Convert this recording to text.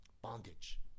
Bondage